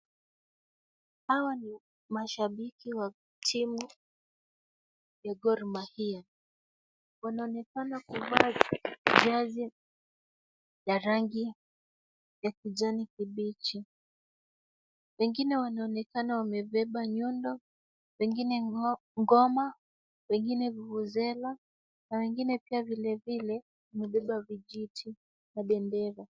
Hawa ni mashabiki wa timu ya Gor Mahia, wanaonekana kuvaa jezi ya rangi ya kijani kibichi, wengine wanaonekana wamebeba nyundo, wengine ngoma, wengine vuvuzela na wengine pia vile vile wamebeba vijiti na bendera.